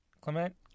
Clement